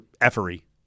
effery